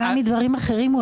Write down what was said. הוא